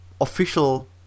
official